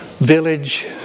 village